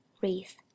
wreath